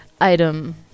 item